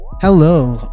hello